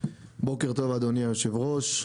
בוקר טוב, אדוני היושב-ראש.